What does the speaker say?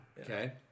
Okay